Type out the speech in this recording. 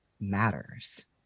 matters